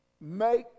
make